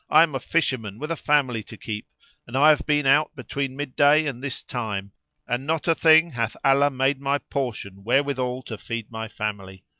i am a fisherman with a family to keep and i have been out between mid-day and this time and not a thing hath allah made my portion wherewithal to feed my family.